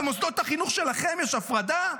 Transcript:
במוסדות החינוך שלכם יש הפרדה.